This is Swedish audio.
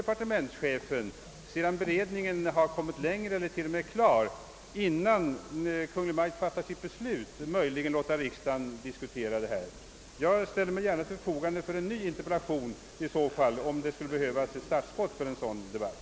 ningen framskridit längre eller kanske t.o.m. slutförts men innan Kungl Maj:t fattar sitt beslut finns möjlighet att låta riksdagen diskutera spörsmålet. Jag ställer mig i så fall gärna till förfogande för en ny interpellation, om detta skulle behövas som startskott för en sådan debatt.